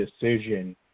decision